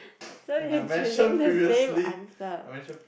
so you're choosing the same answer